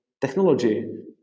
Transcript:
technology